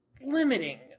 limiting